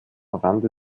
rande